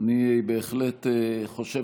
אני בהחלט חושב,